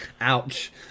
Ouch